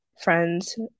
friends